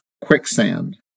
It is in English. quicksand